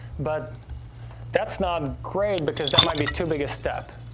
but that's not great because that might be too big a step,